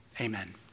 Amen